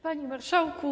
Panie Marszałku!